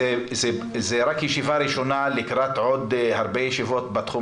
זו רק ישיבה ראשונה לקראת עוד הרבה ישיבות בתחום